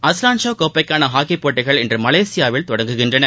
Azlan Shah கோப்பைக்கான hockey போட்டிகள் இன்று மலேசியாவில் தொடங்குகின்றன